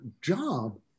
job